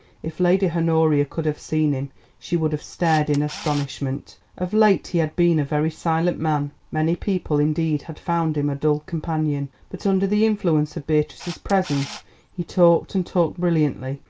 if lady honoria could have seen him she would have stared in astonishment. of late he had been a very silent man, many people indeed had found him a dull companion. but under the influence of beatrice's presence he talked and talked brilliantly.